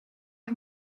ein